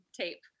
tape